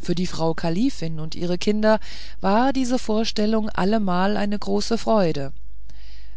für die frau kalifin und ihre kinder war diese vorstellung allemal eine große freude